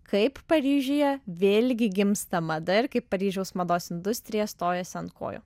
kaip paryžiuje vėlgi gimsta mada ir kaip paryžiaus mados industrija stojasi ant kojų